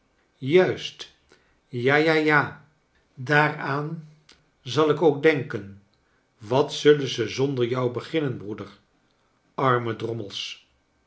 juist ja ja ja daaraan zal ik ook denken wat zullen ze zonder jou beginnen broeder arme drommels